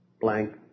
blank